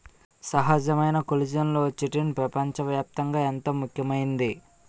సహజమైన కొల్లిజన్లలో చిటిన్ పెపంచ వ్యాప్తంగా ఎంతో ముఖ్యమైంది